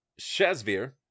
Shazvir